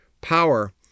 power